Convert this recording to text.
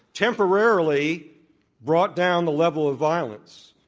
temporarily brought down the level of violence.